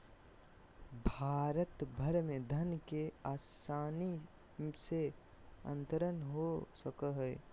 भारत भर में धन के आसानी से अंतरण हो सको हइ